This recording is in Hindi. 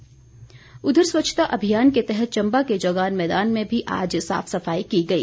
स्वच्छता उधर स्वच्छता अभियान के तहत चम्बा के चौगान मैदान में भी आज साफ सफाई की गई